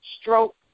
stroke